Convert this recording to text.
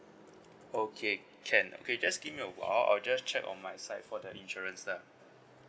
okay can okay just give me a while I'll just check on my side for the insurance lah